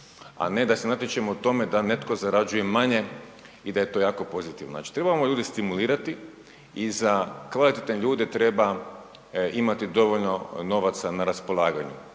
a ne da se natječemo u tome da netko zarađuje manje i da je to jako pozitivno. Znači trebamo ljude stimulirati i za kvalitetne ljude treba imati dovoljno novaca na raspolaganju.